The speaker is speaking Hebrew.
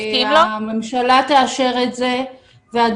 אבל זה